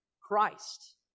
Christ